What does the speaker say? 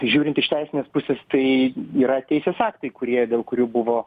žiūrint iš teisinės pusės tai yra teisės aktai kurie dėl kurių buvo